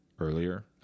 earlier